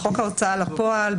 בחוק ההוצאה לפועל,